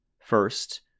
First